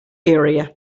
area